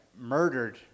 murdered